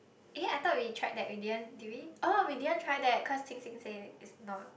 yea I thought we tried that we didn't did we oh we didn't tried that cause Qing-Qing said that is not